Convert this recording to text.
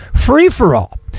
free-for-all